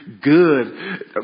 good